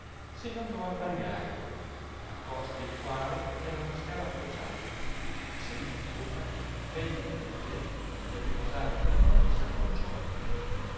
se n'andò al pagliaio a coste il quale era una scala appoggiata e salito sopra meglio che puotè per riposare quella notte s'acconciò